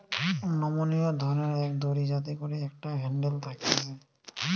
নমনীয় ধরণের এক দড়ি যাতে করে একটা হ্যান্ডেল থাকতিছে